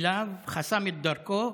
חסם את דרכו,